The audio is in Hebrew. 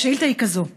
והשאילתה היא כזאת: